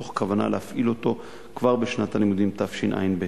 מתוך כוונה להפעיל אותו כבר בשנת הלימודים תשע"ב.